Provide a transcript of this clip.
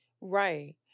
right